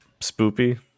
spoopy